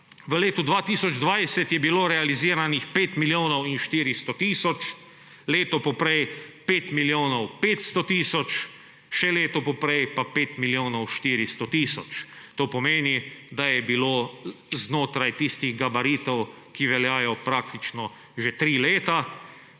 V letu 2020 je bilo realiziranih 5 milijonov in 400 tisoč, leto poprej 5 milijonov 500 tisoč, še leto poprej pa 5 milijonov 400 tisoč. To pomeni, da je bilo znotraj tistih gabaritov, ki veljajo praktično že 3 leta.